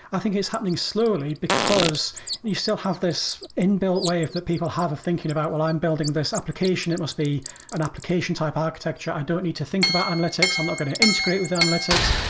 i think it's happening slowly because you still have this in-built way of people have a thinking about, well, i'm building this application. it must be an application type architecture. i don't need to think about analytics. i'm not going to integrate with analytics,